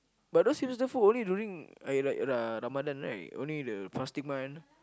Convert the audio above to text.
but those hipster food only during like like uh Ramadan right only the fasting month